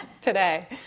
today